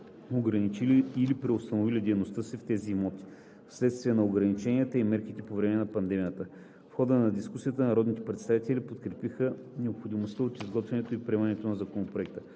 ограничили или преустановили дейността си в тези имоти вследствие на ограниченията и мерките по време на пандемията. В хода на дискусията народните представители подкрепиха необходимостта от изготвянето и приемането на Законопроекта.